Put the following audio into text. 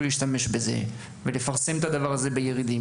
להשתמש בזה ולפרסם את הדבר הזה בירידים,